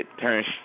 turns